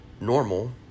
Normal